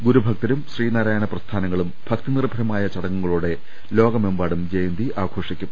ഗുരുഭക്തരും Sreenarayana പ്രസ്ഥാനങ്ങളും ഭക്തിനിർഭരമായ ചടങ്ങുകളോടെ ലോക മെമ്പാടും ജയന്തി ആഘോഷിക്കും